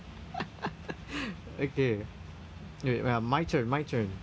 okay wait my turn my turn